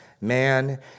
man